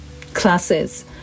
classes